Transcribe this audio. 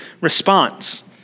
response